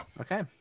Okay